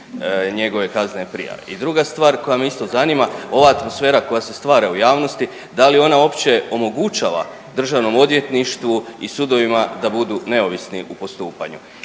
njegove kaznene prijave. I druga stvar koja me isto zanima, ova atmosfera koja se stvara u javnosti, da li ona uopće omogućava državnom odvjetništvu i sudovima da budu neovisni u postupanju?